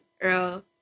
Earl